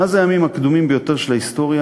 מאז הימים הקדומים ביותר של ההיסטוריה